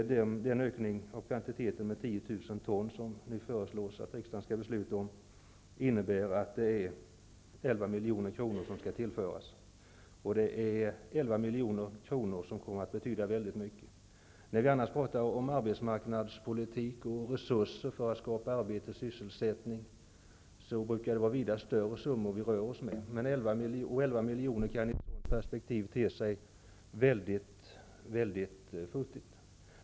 Den ökning av kvantiteten med 10 000 ton som det nu föreslås att riksdagen skall fatta beslut om innebär att 11 milj.kr. skall tillföras. Det är 11 milj.kr. som kommer att betyda väldigt mycket. Annars när vi talar om arbetsmarknadspolitik och resurser för att skapa arbete och sysselsättning brukar vi röra oss med vida större summor. 11 miljoner kan i ett sådant perspektiv te sig futtigt.